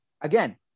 again